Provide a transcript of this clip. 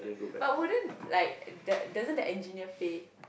but wouldn't like the doesn't the engineer pay